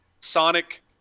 Sonic